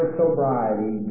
sobriety